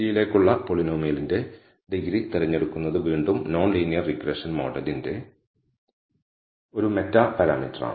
t യിലേക്കുള്ള പോളിനോമിയലിന്റെ degree തിരഞ്ഞെടുക്കുന്നത് വീണ്ടും നോൺ ലീനിയർ റിഗ്രഷൻ മോഡലിന്റെ ഒരു മെറ്റാ പാരാമീറ്ററാണ്